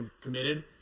committed